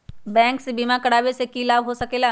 Bank से बिमा करावे से की लाभ होई सकेला?